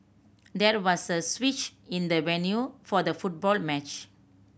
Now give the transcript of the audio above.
there was a switch in the venue for the football match